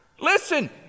Listen